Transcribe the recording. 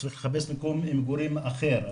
צריך לחפש מקום מגורים אחר,